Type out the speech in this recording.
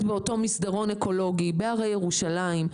באותו מסדרון אקולוגי בהרי ירושלים,